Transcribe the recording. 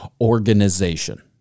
organization